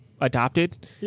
adopted